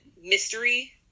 mystery